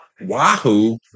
Wahoo